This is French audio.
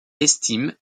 estiment